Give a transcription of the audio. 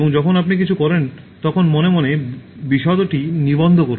এবং যখন আপনি কিছু করেন তখন মনে মনে বিশদটি নিবন্ধ করুন